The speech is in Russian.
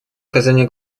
оказание